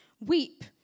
Weep